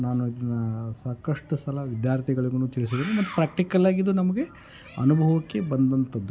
ನಾನು ಇದನ್ನು ಸಾಕಷ್ಟು ಸಲ ವಿದ್ಯಾರ್ಥಿಗಳಿಗೂ ತಿಳ್ಸಿದ್ದೀನಿ ಮತ್ತು ಪ್ರ್ಯಾಕ್ಟಿಕಲ್ಲಾಗಿ ಇದು ನಮಗೆ ಅನುಭವಕ್ಕೆ ಬಂದಂತದ್ದು